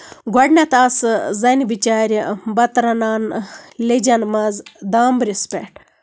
گۄڈٕنیٚتھ آسہٕ زَنہِ بِچارِ بَتہٕ رَنان لیجَن منٛز دامبرِس پٮ۪ٹھ